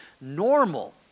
normal